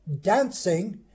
dancing